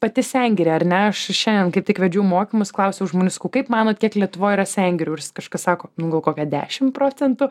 pati sengirė ar ne aš šiandien kaip tik vedžiau mokymus klausiau žmonių sakau kaip manot kiek lietuvoj yra sengirių kažkas sako nu gal kokia dešim procentų